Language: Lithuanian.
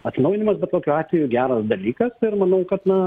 atsinaujinimas bet kokiu atveju geras dalykas ir manau kad na